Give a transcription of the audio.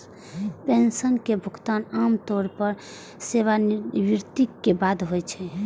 pension के भुगतान आम तौर पर सेवानिवृत्ति के बाद होइ छै